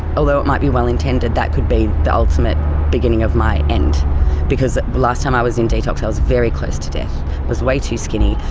although it might be well intended that could be the ultimate beginning of my end because last time i was in detox i was very close to death was way too skinny,